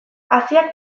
haziak